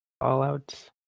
Fallout